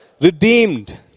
redeemed